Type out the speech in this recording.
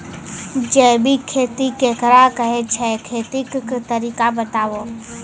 जैबिक खेती केकरा कहैत छै, खेतीक तरीका बताऊ?